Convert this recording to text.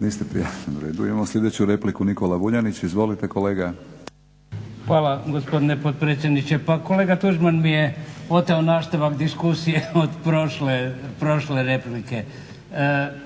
**Vuljanić, Nikola (Hrvatski laburisti - Stranka rada)** Hvala gospodine potpredsjedniče. Pa kolega Tuđman mi je oteo nastavak diskusije od prošle replike.